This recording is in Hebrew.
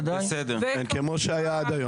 בסדר, כמו שהיה עד היום...